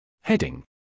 Heading